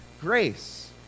grace